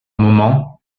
moments